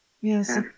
Yes